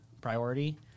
priority